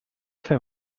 fem